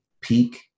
peak